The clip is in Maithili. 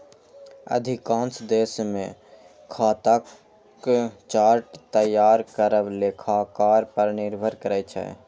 अधिकांश देश मे खाताक चार्ट तैयार करब लेखाकार पर निर्भर करै छै